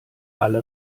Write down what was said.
alle